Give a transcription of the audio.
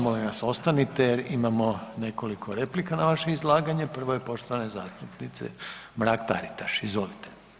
Molim vas ostanite jer imamo nekoliko replika na vaše izlaganje, prvo je poštovane zastupnice Mrak-Taritaš, izvolite.